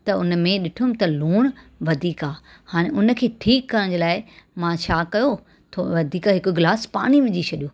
त हुन में ॾिठमि त लूणु वधीक आहे हाणे हुनखे ठीकु करण जे लाइ मां छा कयो थोरो वधीक हिकु गिलास पाणी विझी छॾियो